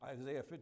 Isaiah